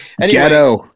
Ghetto